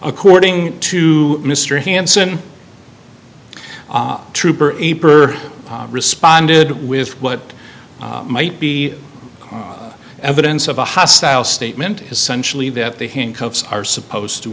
according to mr hanson trooper responded with what might be evidence of a hostile statement essentially that the handcuffs are supposed to